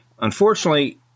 Unfortunately